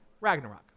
Ragnarok